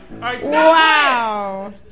Wow